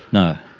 no.